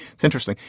it's interesting.